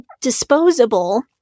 disposable